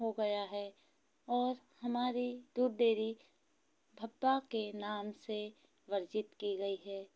हो गया है और हमारी दूध डेयरी के नाम से वर्जित की गई है